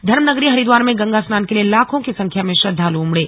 धर्म नगरी हरिद्वार में गंगा स्नान के लिए लाखों की संख्या में श्रद्वालु उमड़े